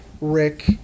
Rick